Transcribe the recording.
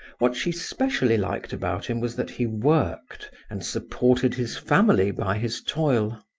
what she specially liked about him was that he worked, and supported his family by his toil.